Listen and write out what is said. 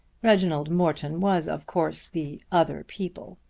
reginald morton was of course the other people.